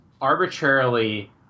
arbitrarily